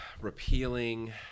repealing